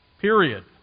period